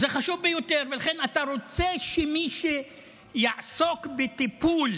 זה חשוב ביותר, ולכן אתה רוצה שמי שיעסוק בטיפול